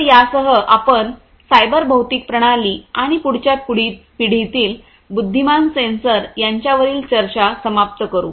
तर यासह आपण सायबर भौतिक प्रणाली आणि पुढच्या पिढीतील बुद्धिमान सेन्सर त्यांच्यावरील चर्चा समाप्त करू